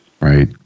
Right